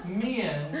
men